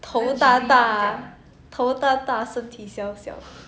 头大大头大大身体小小